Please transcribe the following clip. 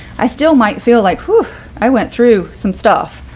i still might feel like i went through some stuff,